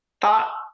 thought